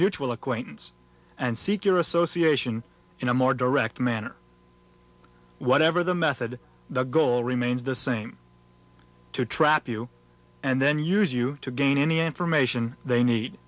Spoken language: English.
mutual acquaintance and seek your association in a more direct manner whatever the method the goal remains the same to trap you and then use you to gain any information they need